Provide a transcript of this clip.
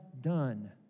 done